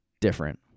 different